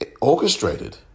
orchestrated